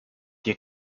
die